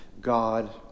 God